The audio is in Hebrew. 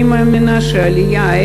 אני מאמינה שהעלייה,